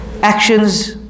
actions